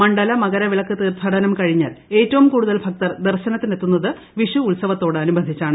മണ്ഡല മകരവിളക്ക് തീർഥാടനം കഴിഞ്ഞാൽ ഏറ്റവും കൂടുതൽ ഭക്തർ ദർശനത്തിന് എത്തുന്നത് വിഷു ഉത്സവത്തോടനുബന്ധിച്ചാണ്